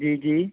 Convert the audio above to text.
ਜੀ ਜੀ